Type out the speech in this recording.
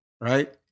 right